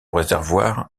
réservoir